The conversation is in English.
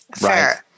Right